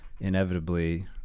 Inevitably